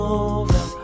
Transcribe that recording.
over